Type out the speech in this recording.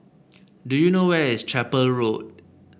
do you know where is Chapel Road